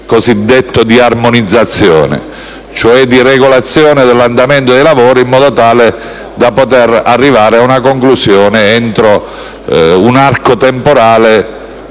cosiddetto di armonizzazione, cioè di regolazione dell'andamento dei lavori in modo tale da poter arrivare a una conclusione entro l'arco temporale